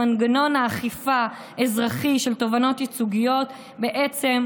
מנגנון האכיפה האזרחי של תובענות ייצוגיות בעצם,